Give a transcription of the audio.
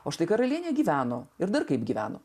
o štai karalienė gyveno ir dar kaip gyveno